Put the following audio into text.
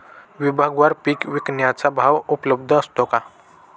विभागवार पीक विकण्याचा भाव उपलब्ध असतो का?